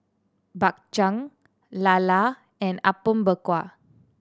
Bak Chang lala and Apom Berkuah